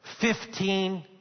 Fifteen